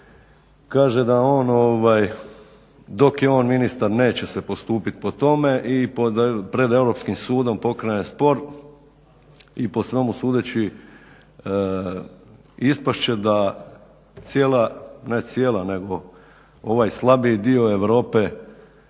kaže da on dok je on ministar neće se postupiti po tome i pred Europskim sudom pokrene spor i po svemu sudeći ispast će da cijela, ne cijela nego ovaj slabiji dio Europe